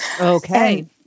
okay